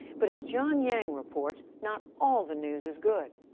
but, as john yang reports, not all the news is good.